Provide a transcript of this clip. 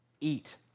eat